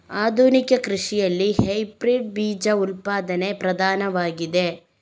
ಆಧುನಿಕ ಕೃಷಿಯಲ್ಲಿ ಹೈಬ್ರಿಡ್ ಬೀಜ ಉತ್ಪಾದನೆ ಪ್ರಧಾನವಾಗಿದೆ